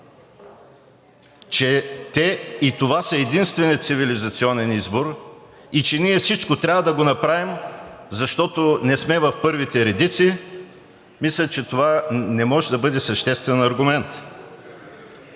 това и това, е единственият цивилизационен избор и че всичко ние трябва да направим, защото не сме в първите редици, мисля, че това не може да бъде съществен аргумент.